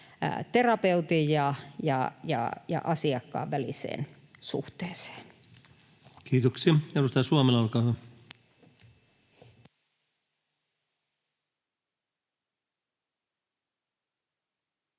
terapeutin ja asiakkaan väliseen suhteeseen. Kiitoksia. — Edustaja Suomela, olkaa hyvä.